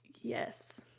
yes